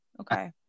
Okay